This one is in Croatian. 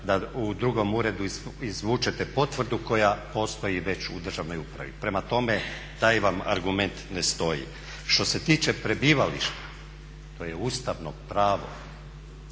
da u drugom uredu izvučete potvrdu koja postoji već u državnoj upravi. Prema tome, taj vam argument ne stoji. Što se tiče prebivališta to je ustavno pravo